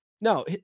no